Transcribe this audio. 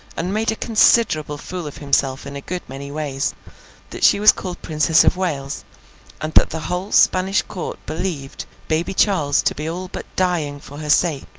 and made a considerable fool of himself in a good many ways that she was called princess of wales and that the whole spanish court believed baby charles to be all but dying for her sake,